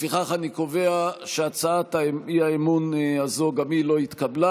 לפיכך אני קובע שהצעת האי-אמון הזאת גם היא לא התקבלה.